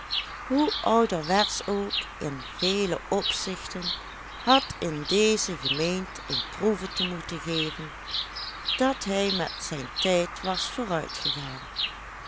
hoe ouderwetsch ook in vele opzichten had in dezen gemeend een proeve te moeten geven dat hij met zijn tijd was vooruitgegaan